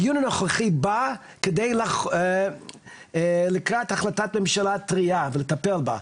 הדיון הנוכחי בא לקראת החלטת ממשלה טרייה ולטפל בה,